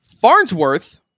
Farnsworth